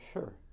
Sure